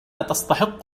تستحق